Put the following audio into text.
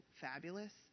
fabulous